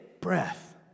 breath